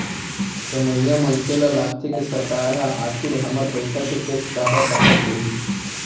कमइया मनसे ल लागथे के सरकार ह आखिर हमर पइसा के टेक्स काबर काटत होही